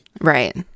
Right